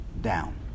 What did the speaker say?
down